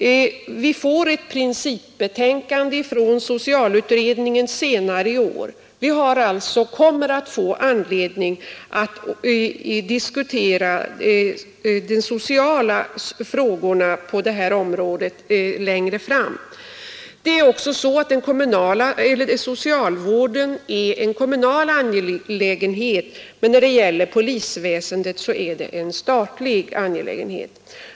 Vi får senare i år ett principbetänkande från socialutredningen. Vi kommer alltså att få anledning att längre fram diskutera vidare åtgärder på det sociala fältet. Socialvården är en kommunal angelägenhet, medan polisväsendet är en statlig angelägenhet.